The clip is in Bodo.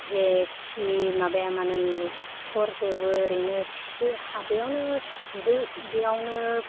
जेखि माबाया मानो नुहर जोबो ओरैनो खिदो हा बेयावनो सुदो बेयावनो